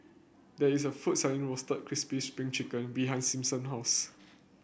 there is a food selling Roasted Crispy Spring Chicken behind Simpson house